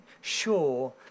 sure